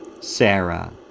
Sarah